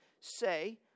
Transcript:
say